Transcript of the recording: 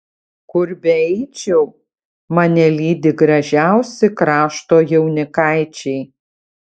kur beeičiau mane lydi gražiausi krašto jaunikaičiai